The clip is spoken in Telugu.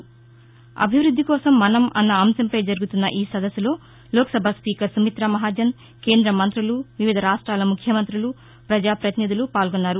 అభివృద్ది కోసం మనం అన్న అంశంపై జరుగుతున్న ఈ సదస్సులో లోక్సభ స్పీకర్ సుమిత్రా మహాజన్ కేంద్రమంతులు వివిధ రాష్ట్రాల ముఖ్యమంతులు పజాపతినిధులు పాల్గొన్నారు